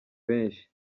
benshi